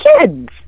kids